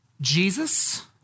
Jesus